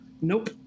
Nope